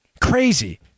Crazy